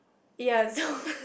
ya so